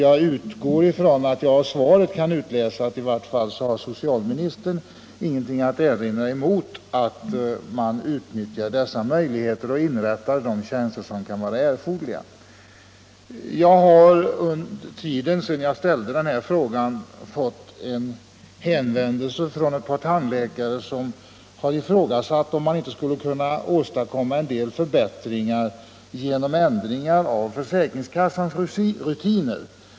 Av svaret kan jag utläsa att i varje fall socialministern inte har någonting att erinra mot att man utnyttjar dessa möjligheter och inrättar de tjänster som kan vara erforderliga. Sedan jag ställde min fråga har jag fått en hänvändelse från ett par tandläkare, som har undrat om man inte skulle kunna åstadkomma en del förbättringar genom ändringar av försäkringskassans rutiner.